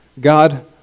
God